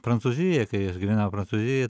prancūzijoje kai aš gyvenau prancūzijoj